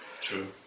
True